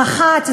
האחת,